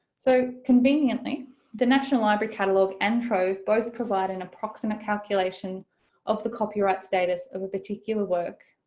so conveniently the national library catalogue and trove, both provide an approximate calculation of the copyright status of a particular work